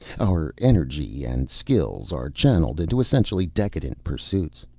our energy and skills are channeled into essentially decadent pursuits.